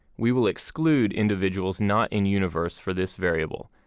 we will exclude individuals not in universe for this variable,